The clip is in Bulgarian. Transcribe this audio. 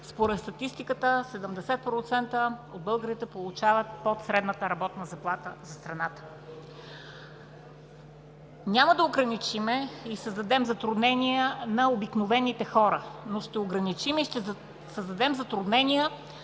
според статистиката 70% от българите получават под средната работна заплата за страната. Няма да ограничим и създадем затруднения на обикновените хора, но ще ограничим и ще създадем затруднения